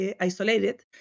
isolated